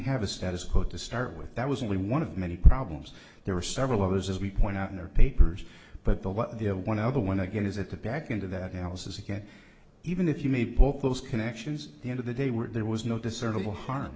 have a status quo to start with that was only one of many problems there were several others as we point out in their papers but the but the a one other one i get is at the back end of that analysis again even if you made both those connections the end of the day were there was no discernible harm